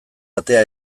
atea